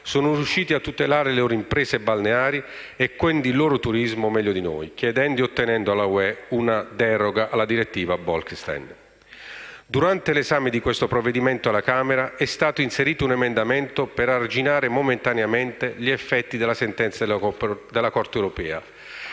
sono riusciti a tutelare le loro imprese balneari e quindi il loro turismo meglio di noi, chiedendo e ottenendo dall'Unione europea una deroga alla direttiva Bolkestein. Durante l'esame di questo provvedimento alla Camera è stato inserito un emendamento per arginare momentaneamente gli effetti della sentenza della Corte europea,